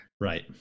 Right